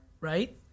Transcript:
right